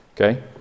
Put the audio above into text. Okay